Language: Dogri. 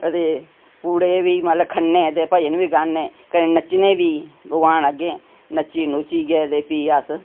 ते पूड़े बी मतलब खन्ने ते भजन बी गान्ने कन्नै नच्चने बी भगनान अग्गें नच्ची नूच्चियै ते फ्ही अस